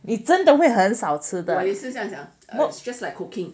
你真的会很少吃的